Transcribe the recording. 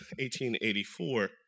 1884